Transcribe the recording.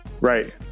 Right